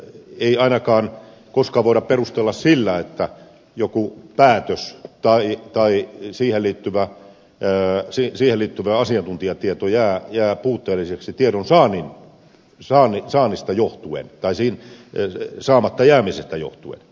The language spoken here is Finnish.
ei ainakaan koskaan voida perustella että joku päätös vainikka ylsi välittyvä ja siksi tai siihen liittyvä asiantuntijatieto jää puutteelliseksi tiedonsaannin missä on saalista juh tulee tosin tiedon saamatta jäämisestä johtuen